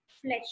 flesh